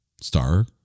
star